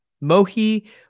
Mohi